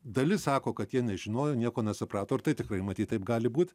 dalis sako kad jie nežinojo nieko nesuprato ar tai tikrai matyt taip gali būt